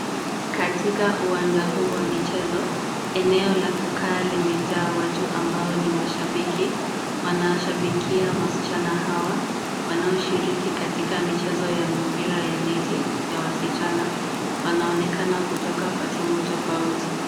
Katika uwanja huu wa michezo, eneo la kukaa limejaa watu ambao ni mashabiki. Wanashabikia wasichana hawa wanaoshiriki katika michezo ya mipira ya neti ya wasichana, wanaonekana kutoka kwa timu tofauti.